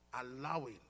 allowing